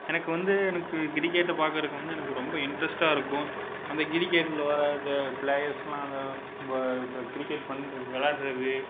எனக்கு வந்து எனக்கு கிரிக்கெட்டை பார்க்கறக்கு வந்து எனக்கு ரொம்ப இன்ரெஸ்ட்டாக இருக்கும் அந்த கிரிக்கெட்டில் வர அந்த ப்ளேயர்ஸ் எல்லாம் அந்த ப ப கிரிக்கெட் பண்ணுற விளாட்றது